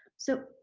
so,